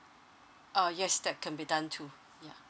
oh yes that can be done to yeah